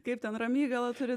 kaip ten ramygala turi